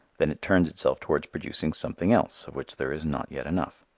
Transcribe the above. then it turns itself towards producing something else of which there is not yet enough.